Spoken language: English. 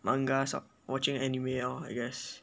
mangas or watching anime lor I guess